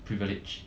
privilege